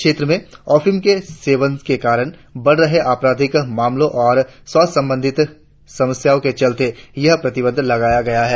क्षेत्र में ओपियम के सेवन के कारण बड रही आपराधिक मामलो और स्वास्थ्य समस्याओ के चलते यह प्रतिबंध लगाया गया है